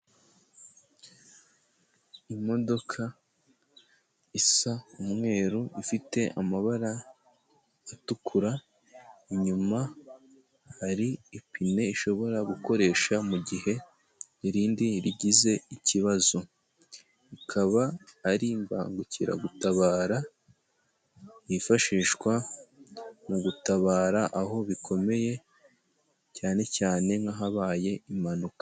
Imodoka isa umweru ifite amabara atukura, inyuma hari ipine ishobora gukoresha mu gihe irindi rigize ikibazo, ikaba ari imbangukiragutabara yifashishwa mu gutabara aho bikomeye cyane cyane nk'ahabaye impanuka.